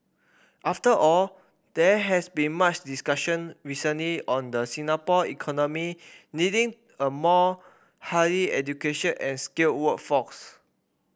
after all there has been much discussion recently on the Singapore economy needing a more highly education and skilled workforce